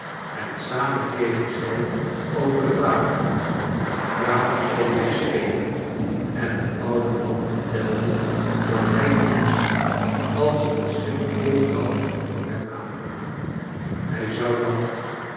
en samen keken zij over het water en praalten over de schepen en de oude man vertelde wat hrf doen zou als er een schip vol goud voor hem aankwam hij zou dan